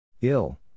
Ill